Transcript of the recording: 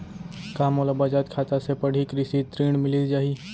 का मोला बचत खाता से पड़ही कृषि ऋण मिलिस जाही?